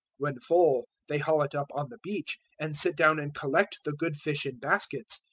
when full, they haul it up on the beach, and sit down and collect the good fish in baskets,